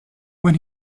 when